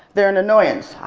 they're an annoyance.